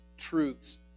truths